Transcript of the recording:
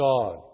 God